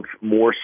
more